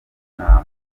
inama